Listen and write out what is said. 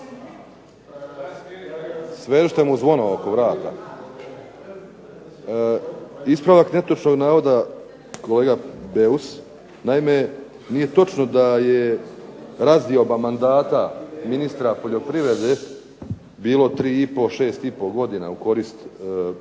Svežite mu zvono oko vrata. Ispravak netočnog navoda kolega Beus, naime nije točno da je razdioba mandata ministra poljoprivrede bilo 3,5 -6,5 godina u korist Čobankovića